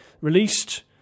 released